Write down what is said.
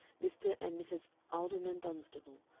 mr. and mrs. alderman dunstable,